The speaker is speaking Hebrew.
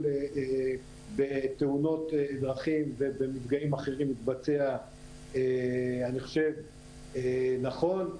בתאונות דרכים ובמפגעים אחרים מתבצע אני חושב שנכון,